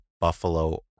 Buffalo